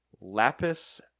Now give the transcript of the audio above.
Lapis